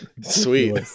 Sweet